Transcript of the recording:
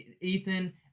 Ethan